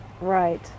Right